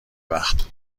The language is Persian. وقت